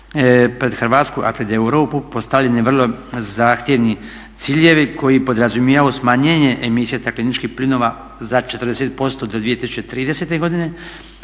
pred Hrvatsku a i pred Europu postavljeni vrlo zahtjevni ciljevi koji podrazumijevaju smanjenje emisije stakleničkih plinova za 40% do 2030. godine,